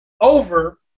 over